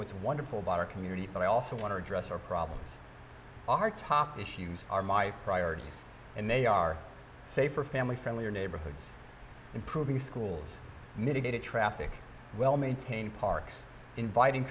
with wonderful daughter community and i also want to address our problems our top issues are my priorities and they are safer family friendly neighborhood improving schools mitigated traffic well maintained parks inviting